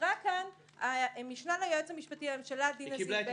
דיברה פה המשנה ליועץ המשפטי לממשלה דינה זילבר.